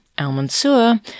al-Mansur